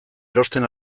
erosten